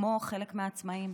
כמו חלק מהעצמאים.